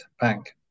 Bank